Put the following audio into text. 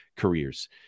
careers